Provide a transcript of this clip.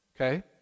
Okay